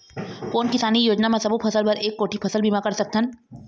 कोन किसानी योजना म सबों फ़सल बर एक कोठी फ़सल बीमा कर सकथन?